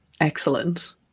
excellent